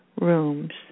rooms